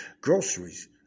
Groceries